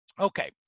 Okay